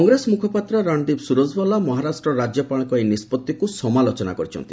କଂଗ୍ରେସ ମୁଖପାତ୍ର ରଣଦୀପ ସୁରଜୱାଲା ମହାରାଷ୍ଟ୍ର ରାଜ୍ୟପାଳଙ୍କ ଏହି ନିଷ୍ପଭିକୁ ସମାଲୋଚନା କରିଛନ୍ତି